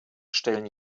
stellen